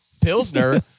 Pilsner